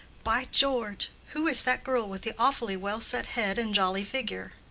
by george! who is that girl with the awfully well-set head and jolly figure?